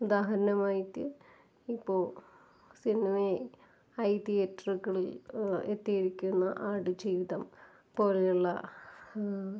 ഉദാഹരണമായിട്ട് ഇപ്പോൾ സിനിമയെ ഹൈ തീയറ്ററുകളിൽ എത്തിയിരിക്കുന്ന ആടുജീവിതം പോലെയുള്ള